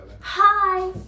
Hi